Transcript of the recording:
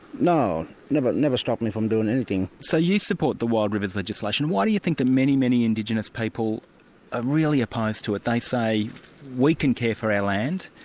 no, never never stopped me from doing anything. so you support the wild rivers legislation why do you think the many, many indigenous people are really opposed to it? they say, we can care for our land,